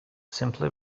simply